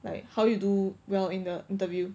like how you do well in the interview